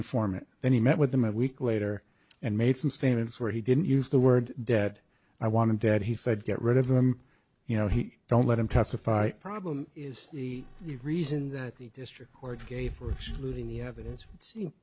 informant then he met with them a week later and made some statements where he didn't use the word dead i wanted dead he said get rid of them you know he don't let him testify problem is the reason that the district court gave for excluding the evidence seem